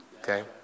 okay